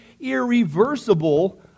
irreversible